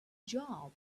job